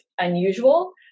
unusual